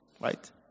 Right